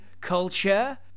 culture